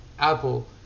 apple